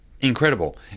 incredible